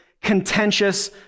contentious